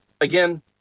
again